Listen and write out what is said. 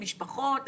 משפחות,